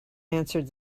answered